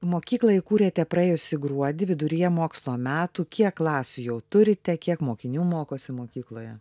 mokyklą įkūrėte praėjusį gruodį viduryje mokslo metų kiek klasių jau turite kiek mokinių mokosi mokykloje